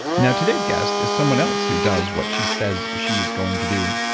now, today's guest is someone else who does what she says she's going to do.